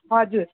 हजुर